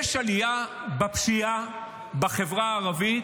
יש עלייה בפשיעה בחברה הערבית